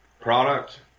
product